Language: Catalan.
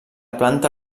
planta